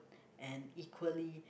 and equally